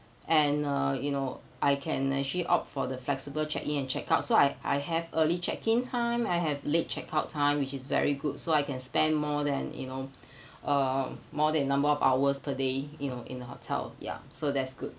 and uh you know I can actually opt for the flexible check in and check out so I I have early check in time I have late check out time which is very good so I can spend more than you know uh more than number of hours per day you know in the hotel ya so that's good